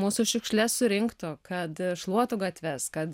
mūsų šiukšles surinktų kad šluotų gatves kad